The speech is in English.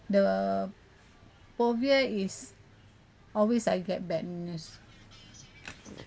the phobia is always I get bad news